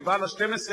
באזור המרכז.